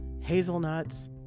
hazelnuts